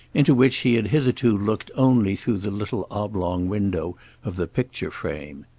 into which he had hitherto looked only through the little oblong window of the picture-frame.